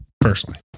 personally